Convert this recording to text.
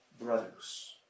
brothers